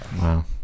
Wow